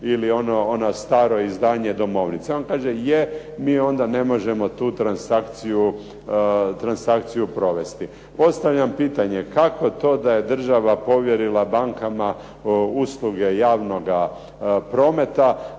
ili ono staro izdanje domovnice. A on kaže da, mi onda ne možemo tu transakciju provesti. Postavljam pitanje kako to da je država povjerila bankama usluge javnoga prometa